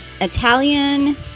Italian